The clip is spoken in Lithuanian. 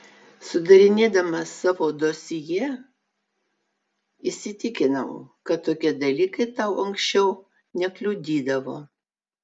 sudarinėdama tavo dosjė įsitikinau kad tokie dalykai tau anksčiau nekliudydavo